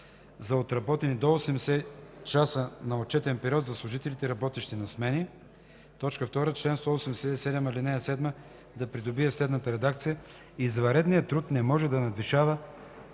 за отработени до 80 часа на отчетен период – за служителите, работещи на смени”. 2. Член 187, ал. 7 да придобие следната редакция: „(7) Извънредният труд не може да надвишава